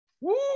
Woo